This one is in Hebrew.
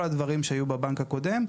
כל הדברים שהיו בבנק הקודם,